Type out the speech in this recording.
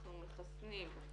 אנחנו מחסנים,